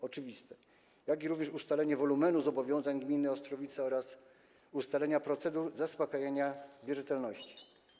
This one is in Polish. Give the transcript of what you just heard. Oczywiście, oczekiwane jest również ustalenie wolumenu zobowiązań gminy Ostrowice oraz ustalenie procedur zaspakajania wierzytelności.